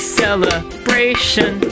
celebration